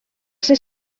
ser